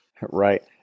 Right